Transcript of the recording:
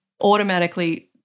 automatically